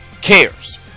cares